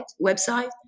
website